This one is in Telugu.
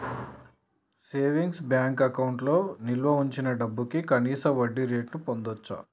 సేవింగ్స్ బ్యేంకు అకౌంట్లో నిల్వ వుంచిన డబ్భుకి కనీస వడ్డీరేటును పొందచ్చు